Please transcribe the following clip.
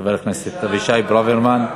חבר הכנסת אבישי ברוורמן.